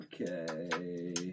Okay